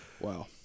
Wow